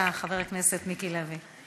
בבקשה, חבר הכנסת מיקי לוי.